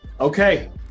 okay